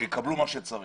ושיקבלו מה שצריך.